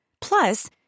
Plus